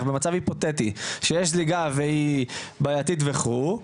במצב היפותטי שיש זליגה והיא בעייתי וכו',